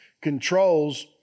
controls